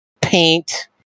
paint